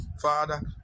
Father